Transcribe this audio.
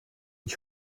ich